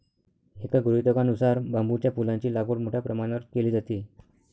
एका गृहीतकानुसार बांबूच्या फुलांची लागवड मोठ्या प्रमाणावर केली जाते